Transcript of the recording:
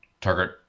target